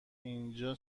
اینجا